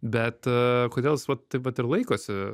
bet kodėl jis vat taip vat ir laikosi